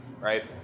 right